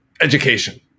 education